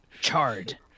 Chard